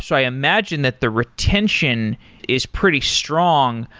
so i imagine that the retention is pretty strong.